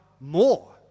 more